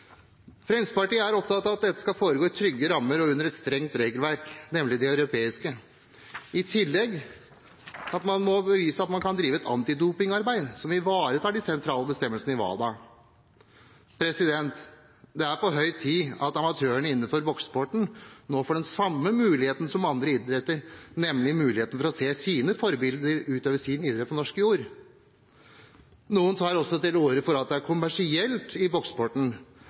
Fremskrittspartiet er opptatt av at dette skal foregå i trygge rammer og under et strengt regelverk, nemlig det europeiske, i tillegg til at man må bevise at man kan drive et antidopingarbeid som ivaretar de sentrale bestemmelsene i WADA. Det er på høy tid at amatørene innenfor boksesporten nå får den samme muligheten som i andre idretter, nemlig muligheten for å se sine forbilder utøve sin idrett på norsk jord. Noen tar også til orde for at boksesporten er